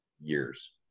years